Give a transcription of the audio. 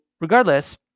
regardless